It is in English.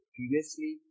Previously